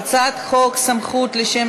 ההצעה להעביר את הצעת חוק סמכויות לשם